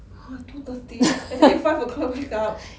!wah! two thirty and then at five o'clock wake up